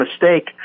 mistake